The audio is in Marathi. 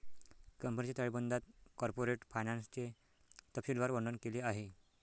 कंपनीच्या ताळेबंदात कॉर्पोरेट फायनान्सचे तपशीलवार वर्णन केले आहे